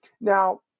now